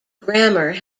grammer